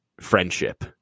friendship